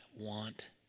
want